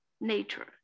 nature